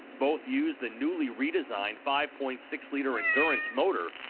both use the newly redesigned five point six liter endurance motor,